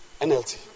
NLT